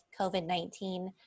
COVID-19